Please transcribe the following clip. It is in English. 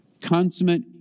consummate